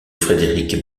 frédéric